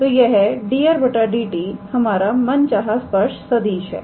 तो यह 𝑑𝑟⃗ 𝑑𝑡 हमारा मनचाहा स्पर्श सदिश है